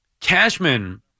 Cashman